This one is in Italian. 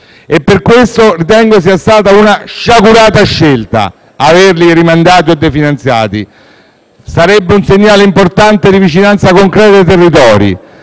Presidente - ritengo sia stata una scelta sciagurata averli rimandati o definanziati. Sarebbe un segnale importante, di vicinanza concreta ai territori.